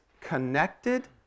connected